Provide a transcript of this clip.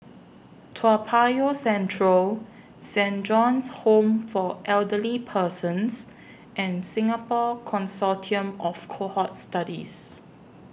Toa Payoh Central Saint John's Home For Elderly Persons and Singapore Consortium of Cohort Studies